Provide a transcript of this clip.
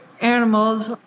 animals